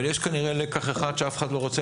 אבל נראה שיש לקח אחד שאף אחד לא רוצה